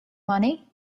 money